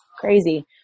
crazy